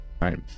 Right